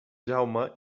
jaume